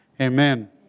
amen